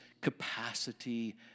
capacity